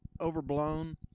overblown